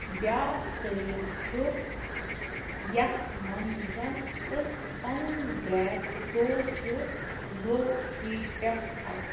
بیٛاکھ طریٖقہٕ چھُ یَتھ منٛز أسۍ پَنُن گیس سِٹوٚو چھِ لوٚو ہیٖٹ پٮ۪ٹھ تھاوان